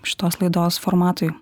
šitos laidos formatui